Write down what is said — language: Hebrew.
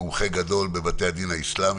מי בעד אישור התקנות?